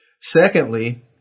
Secondly